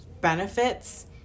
benefits